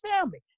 family